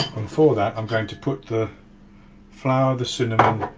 for that i'm going to put the flour, the cinnamon